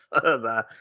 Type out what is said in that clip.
further